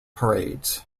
parades